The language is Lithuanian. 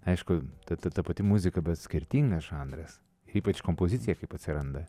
aišku ta ta pati muzika bet skirtingas žanras ypač kompozicija kaip atsiranda